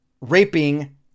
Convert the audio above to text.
raping